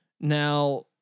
Now